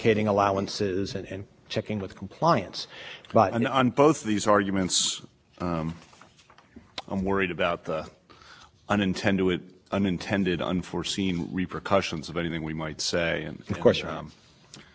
course obviously obviously i think north carolina's very significant to this part of the argument but on the c one how often does it happen that there's a situation like the one we have in this case in other words a court